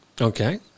Okay